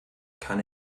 kann